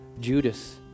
judas